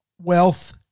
wealth